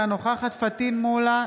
אינה נוכחת פטין מולא,